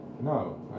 No